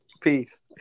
Peace